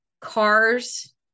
cars